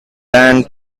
band